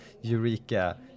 Eureka